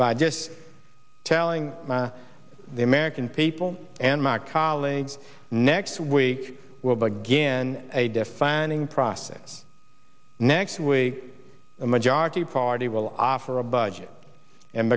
by just telling the american people and my colleagues next week will be again a defining process next we a majority party will offer a budget and